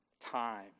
time